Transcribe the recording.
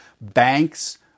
banks